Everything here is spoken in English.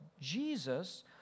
Jesus